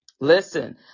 Listen